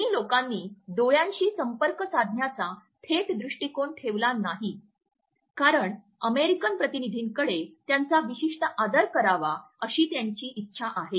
चिनी लोकांनी डोळ्यांशी संपर्क साधण्याचा थेट दृष्टिकोन ठेवला नाही कारण अमेरिकन प्रतिनिधींकडे त्यांचा विशिष्ट आदर करावा अशी त्यांची इच्छा आहे